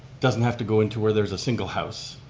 doesn't have to go into where there's a single house.